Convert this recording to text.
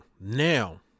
now